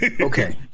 Okay